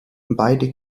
beide